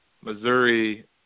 Missouri –